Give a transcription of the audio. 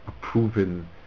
proven